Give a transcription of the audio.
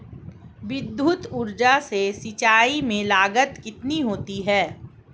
विद्युत ऊर्जा से सिंचाई में लागत कितनी होती है?